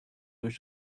luz